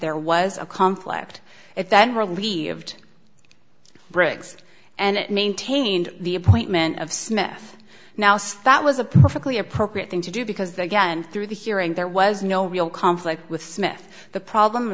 there was a conflict it then relieved briggs and it maintained the appointment of smith now stat was a perfectly appropriate thing to do because they get through the hearing there was no real conflict with smith the problem